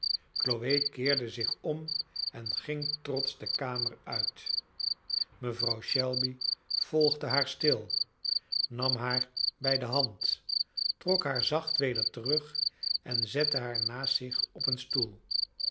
chloe keerde zich om en ging trotsch de kamer uit mevrouw shelby volgde haar stil nam haar bij de hand trok haar zacht weder terug en zette haar naast zich op een stoel